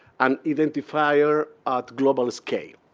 an identifier of globals k.